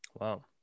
Wow